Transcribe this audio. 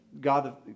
God